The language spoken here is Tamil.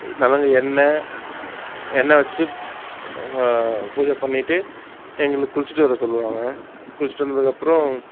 நலுங்கு எண்ணெய் எண்ணெய் வச்சுட்டு பூஜை பண்ணிவிட்டு எங்களை குளிச்சிட்டு வர சொல்லுவாங்க குளிச்சிட்டு வந்ததுக்கப்புறம்